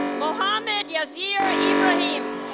mohammed yasir ibrahim